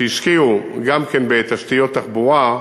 שהשקיעו גם כן בתשתיות תחבורה,